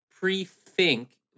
pre-think